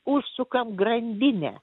užsukam grandinę